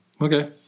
Okay